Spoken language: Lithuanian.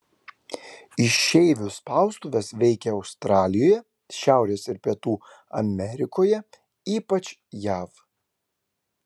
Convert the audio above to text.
išeivių spaustuvės veikė australijoje šiaurės ir pietų amerikoje ypač jav